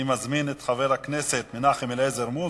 אני מזמין את חבר הכנסת מנחם אליעזר מוזס.